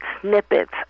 snippets